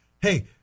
hey